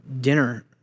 dinner